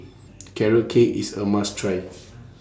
Carrot Cake IS A must Try